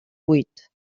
huit